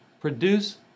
produce